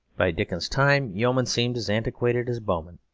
by dickens's time, yeomen seemed as antiquated as bowmen.